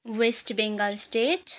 West Bengal state